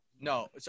No